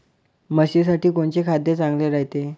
म्हशीसाठी कोनचे खाद्य चांगलं रायते?